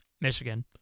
Michigan